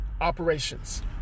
operations